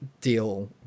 deal